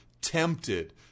tempted